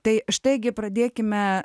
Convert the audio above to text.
tai štai gi pradėkime